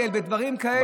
בדגל, בדברים כאלה.